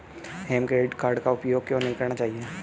हमें credit card का उपयोग क्यों नहीं करना चाहिए?